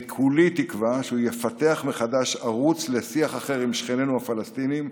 וכולי תקווה שהוא יפתח מחדש ערוץ לשיח אחר עם שכנינו הפלסטינים,